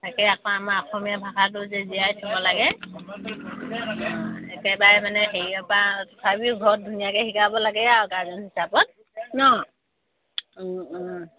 তাকে আকৌ আমাৰ অসমীয়া ভাষাটো যে জীয়াই থ'ব লাগে একেবাৰে মানে হেৰিয়াৰ পৰা তথাপিও ঘৰত ধুনীয়াকৈ শিকাব লাগে আৰু গাৰ্জেন হিচাপত ন